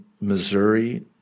Missouri